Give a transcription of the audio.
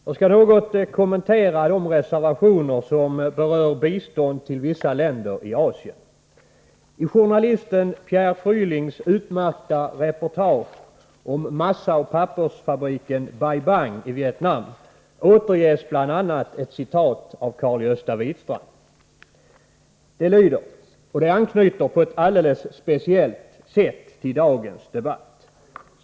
Herr talman! Jag skall något kommentera de reservationer som berör bistånd till vissa länder i Asien. I journalisten Pierre Frählings utmärkta reportage om massaoch pappersfabriken Bai Bang i Vietnam återges bl.a. ett citat av Carl Gösta Widstrand. Det anknyter på ett alldeles speciellt sätt till dagens debatt.